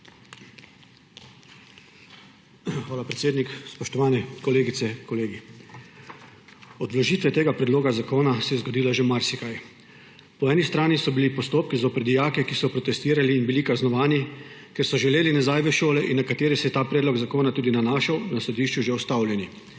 Hvala, predsednik. Spoštovane kolegice, kolegi! Od vložitve tega predloga zakona se je zgodilo že marsikaj. Po eni strani so bili postopki zoper dijake, ki so protestirali in bili kaznovani, ker so želeli nazaj v šole, in na katere se je ta predlog zakona tudi nanašal, na sodišču že ustavljeni.